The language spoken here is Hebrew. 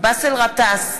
באסל גטאס,